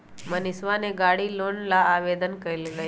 मनीषवा ने गाड़ी लोन ला आवेदन कई लय है